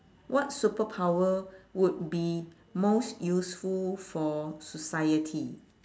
what superpower would be most useful for society